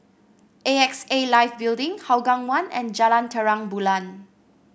A X A Life Building Hougang One and Jalan Terang Bulan